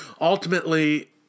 ultimately